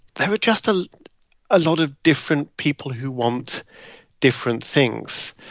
there are just a ah lot of different people who want different things.